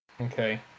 Okay